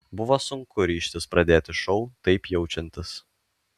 buvo sunku ryžtis pradėti šou taip jaučiantis